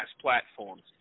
platforms